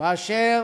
באשר